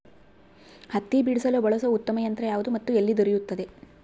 ಹತ್ತಿ ಬಿಡಿಸಲು ಬಳಸುವ ಉತ್ತಮ ಯಂತ್ರ ಯಾವುದು ಮತ್ತು ಎಲ್ಲಿ ದೊರೆಯುತ್ತದೆ?